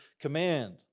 command